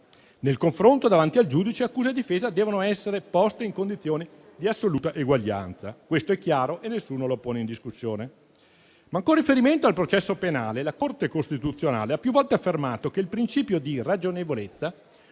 Nel confronto davanti al giudice, accusa e difesa devono essere poste in condizioni di assoluta eguaglianza: questo è chiaro e nessuno lo pone in discussione. Ma, con riferimento al processo penale, la Corte costituzionale ha più volte affermato che il principio di ragionevolezza